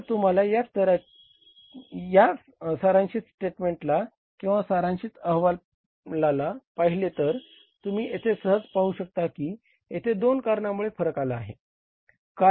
जर तुम्ही या सारांशीत स्टेटमेंटला किंवा सारांशीत अहवालाला पहिले तर तुम्ही येथे सहज पाहू शकता की येथे दोन कारणामुळे फरक आला आहे